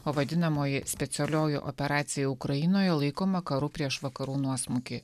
o vadinamoji specialioji operacija ukrainoje laikoma karu prieš vakarų nuosmukį